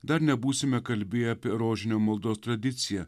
dar nebūsime kalbėję apie rožinio maldos tradicija